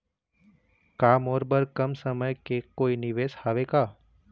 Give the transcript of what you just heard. का मोर बर कम समय के कोई निवेश हावे का?